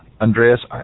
Andreas